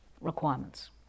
requirements